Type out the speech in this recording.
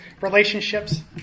relationships